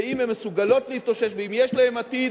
ואם הן מסוגלות להתאושש ואם יש להן עתיד,